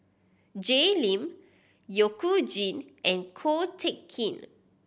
Jay Lim You Jin and Ko Teck Kin